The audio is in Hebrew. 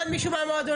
עוד מישהו מהמועדונים?